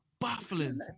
baffling